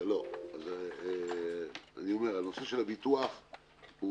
למי שאין ביטוח.